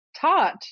taught